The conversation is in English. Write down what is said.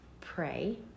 Pray